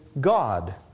God